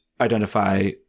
identify